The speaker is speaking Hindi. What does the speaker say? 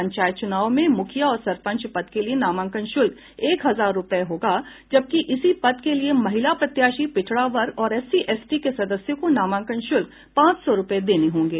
पंचायत चूनाव में मुखिया और सरपंच पद के लिए नामांकन शुल्क एक हजार रूपये होगा जबकि इसी पद के लिए महिला प्रत्याशी पिछड़ा वर्ग और एससी एसटी के सदस्यों को नामांकन शुल्क पांच सौ रूपये देने होंगे